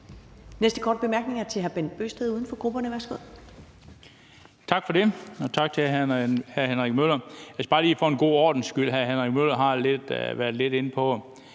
næste korte bemærkning er fra hr. Bent Bøgsted, uden for grupperne.